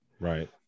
Right